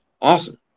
Awesome